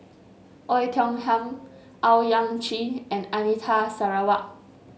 Oei Tiong Ham Owyang Chi and Anita Sarawak